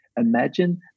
imagine